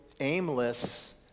aimless